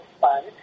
fun